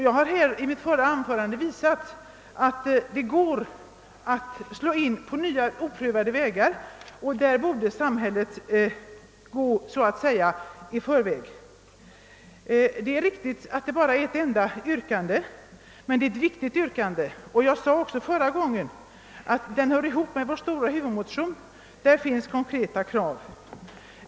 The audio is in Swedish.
"Jag har här i mitt förra anförande visat, att det går att slå in på nya oprövade vägar, och därvidlag borde samhället gå före. Det är riktigt att det bara finns ett enda yrkande i denna följdmotion, men det är ett viktigt yrkande. Jag sade också förut att det hör ihop med vår stora huvudmotion. Där finns konkreta krav.